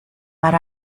but